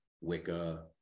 Wicca